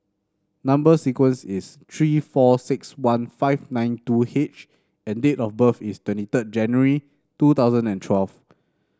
number sequence is three four six one five nine two H and date of birth is twenty third January two thousand and twelve